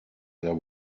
there